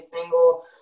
single